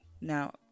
Now